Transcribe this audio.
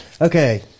Okay